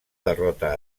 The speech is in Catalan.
derrota